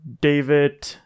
David